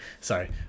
Sorry